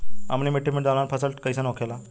अम्लीय मिट्टी मे दलहन फसल कइसन होखेला?